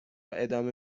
ادامه